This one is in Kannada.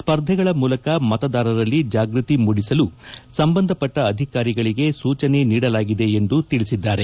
ಸ್ಪರ್ಧೆಗಳ ಮೂಲಕ ಮತದಾರರಲ್ಲಿ ಜಾಗೃತಿ ಮೂಡಿಸಲು ಸಂಬಂಧಪಟ್ನ ಅಧಿಕಾರಿಗಳಿಗೆ ಸೂಚನೆ ನೀಡಲಾಗಿದೆ ಎಂದು ತಿಳಿಸಿದ್ದಾರೆ